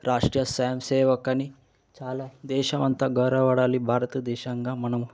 Rashtriya Swayamsevak అని అలా దేశమంతా గౌరవ పడాలి భారతదేశంగా మనము